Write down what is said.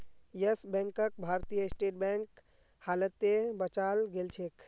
yes बैंकक भारतीय State Bank हालते बचाल गेलछेक